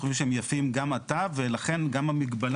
אנחנו חושבים שהם יפים גם עתה ולכן גם המגבלה,